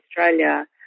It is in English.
Australia